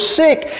sick